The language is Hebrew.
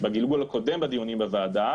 בגלגול הקודם בדיונים בוועדה.